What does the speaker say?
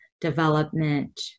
development